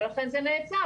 ולכן זה נעצר.